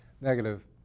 negative